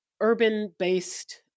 urban-based